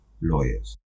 lawyers